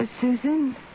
Susan